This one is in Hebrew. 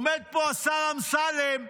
עומד פה השר אמסלם: